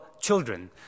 children